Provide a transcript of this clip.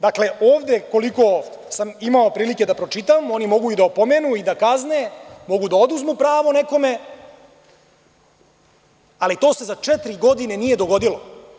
Dakle, ovde koliko sam imao prilike da pročitam, oni mogu i da opomenu i da kazne, mogu da oduzmu pravo nekome, ali to se za četiri godine nije dogodilo.